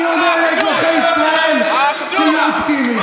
אני אומר לאזרחי ישראל: תהיו אופטימיים.